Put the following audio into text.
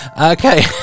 Okay